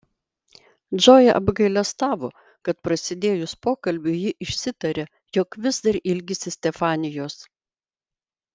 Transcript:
džoja apgailestavo kad prasidėjus pokalbiui ji išsitarė jog vis dar ilgisi stefanijos